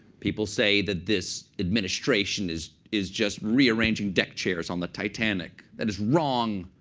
people say that this administration is is just rearranging deck chairs on the titanic. that is wrong.